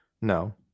No